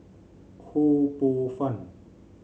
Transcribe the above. Ho Poh Fun